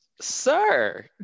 Sir